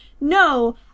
no